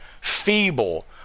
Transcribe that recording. feeble